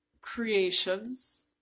creations